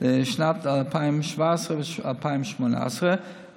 לשנים 2017 ו-2018,